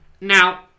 Now